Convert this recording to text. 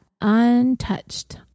untouched